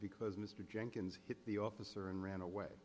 because mr jenkins hit the officer and ran away